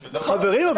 --- חברים,